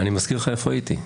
אני מזכיר לך איפה הייתי.